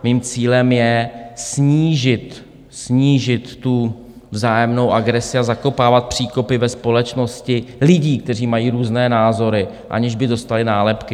Mým cílem je snížit tu vzájemnou agresi a zakopávat příkopy ve společnosti lidí, kteří mají různé názory, aniž by dostali nálepky.